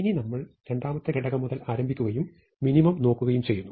ഇനി നമ്മൾ രണ്ടാമത്തെ ഘടകം മുതൽ ആരംഭിക്കുകയും മിനിമം നോക്കുകയും ചെയ്യുന്നു